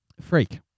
freak